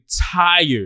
tired